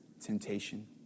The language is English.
temptation